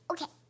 Okay